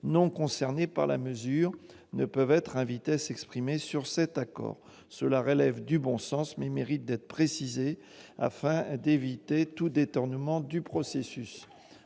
non concernés par la mesure ne peuvent être invités à s'exprimer sur cet accord. Cela relève du bon sens, mais mérite d'être précisé, afin d'éviter tout détournement du processus.